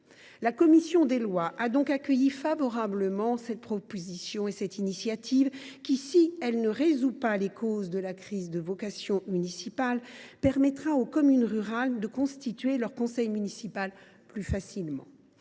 La commission des lois a donc accueilli favorablement cette initiative, qui, si elle ne résout pas les causes de la crise des vocations municipales, permettra aux communes rurales de constituer leur conseil municipal plus facilement.